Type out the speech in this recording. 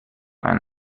ein